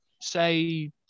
say